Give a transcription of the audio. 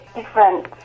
different